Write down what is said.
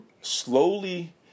slowly